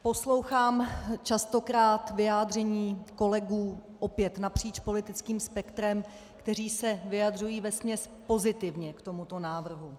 Poslouchám častokrát vyjádření kolegů, opět napříč politickým spektrem, kteří se vyjadřují vesměs pozitivně k tomuto návrhu.